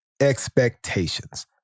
expectations